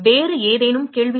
வேறு ஏதேனும் கேள்விகள்